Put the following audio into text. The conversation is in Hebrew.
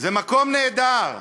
זה מקום נהדר,